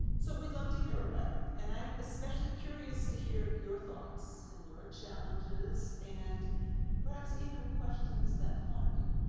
so we'd love to hear about it. and i'm especially curious to hear your thoughts and your challenges, and perhaps even questions that haunt you,